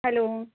hello